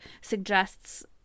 suggests